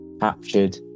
captured